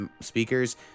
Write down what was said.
speakers